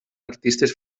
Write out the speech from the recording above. artistes